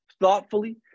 thoughtfully